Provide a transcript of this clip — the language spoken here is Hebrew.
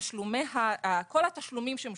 כל התשלומים,